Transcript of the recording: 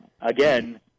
again